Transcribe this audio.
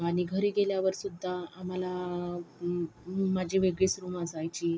आणि घरी गेल्यावर सुद्धा मला माझी वेगळीच रूम असायची